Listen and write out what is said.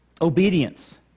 obedience